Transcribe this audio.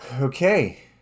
Okay